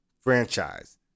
franchise